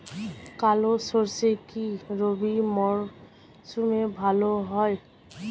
কালো সরষে কি রবি মরশুমে ভালো হয়?